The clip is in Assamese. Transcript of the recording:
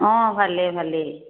অঁ ভালেই ভালেই